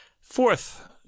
fourth